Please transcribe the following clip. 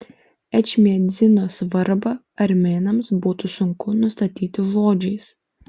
ečmiadzino svarbą armėnams būtų sunku nusakyti žodžiais